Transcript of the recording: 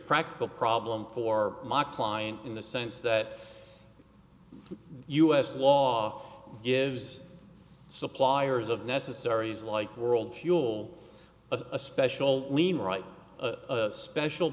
practical problem for my client in the sense that u s law gives suppliers of necessaries like world fuel a special lean right a special